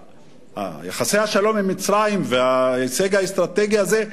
יחסי השלום עם מצרים וההישג האסטרטגי הזה,